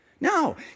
No